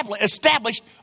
established